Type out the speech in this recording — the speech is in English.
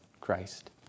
Christ